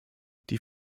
die